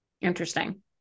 Interesting